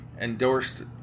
endorsed